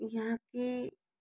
यहाँ के